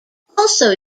also